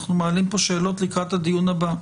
אנחנו מעלים פה שאלות לקראת הדיון הבא.